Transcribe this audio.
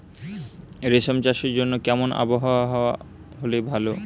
রেশম চাষের জন্য কেমন আবহাওয়া হাওয়া হলে ভালো?